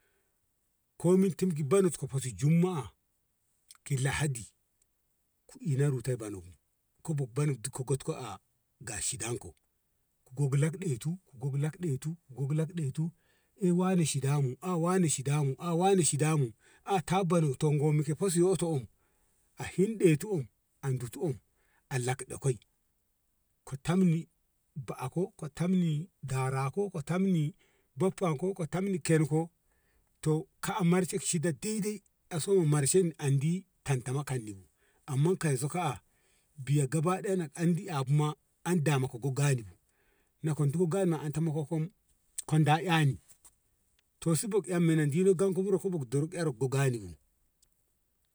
Ko min tim ki bonotko hotin jumma`a ki ladi ku ina rutai bono bu ko bok bonu gutka a ga shidan ko ku gaklan ɗetu ku gaklan ɗetu ku gaklan ɗetu eh wane shida mu ah wane shida mu ah wane shida mu a ta bano ton gomke feso yoto a hinɗe tu an dutu an lakɗa koi ko tammi baako ko tammi darako ko tammi baffa ko ko tammi ker ko to ka`a marshe shida deidei a so marshen andi an tama kanni bu amma kaiso kaa biya gaba daya na andi ehbu ma an dama ko gani bu na kon dugagani na anta moko kom kom da eini to subuk em menen dina ganko wuro ko bokdo rok`eh gani bu.